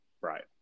right